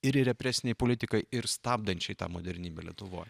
ir represinei politikai ir stabdančiai tą modernybę lietuvoj